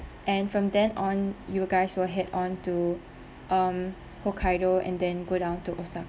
and from then on you guys will head on to um hokkaido and then go down to osa~